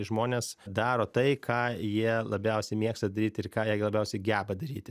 žmonės daro tai ką jie labiausiai mėgsta daryt ir ką jie labiausiai geba daryti